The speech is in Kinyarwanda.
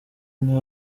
ryan